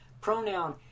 pronoun